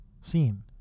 seen